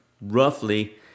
roughly